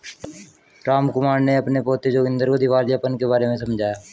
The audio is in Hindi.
रामकुमार ने अपने पोते जोगिंदर को दिवालियापन के बारे में समझाया